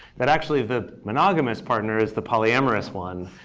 that actually the monogamous partner is the polyamorous one,